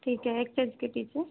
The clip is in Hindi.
ठीक है एक्सचेंज के पीछे